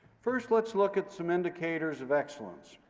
first, let's look at some indicators of excellence.